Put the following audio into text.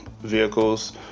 vehicles